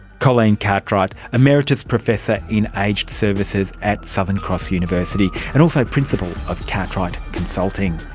colleen cartwright, emeritus professor in aged services at southern cross university, and also principal of cartwright consulting.